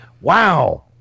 wow